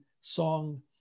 song